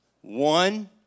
One